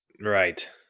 Right